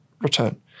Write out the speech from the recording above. return